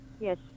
Yes